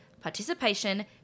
participation